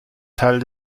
teil